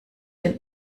den